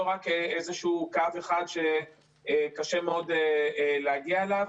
רק איזשהו קו אחד שקשה מאוד להגיע אליו.